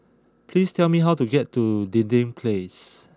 please tell me how to get to Dinding Place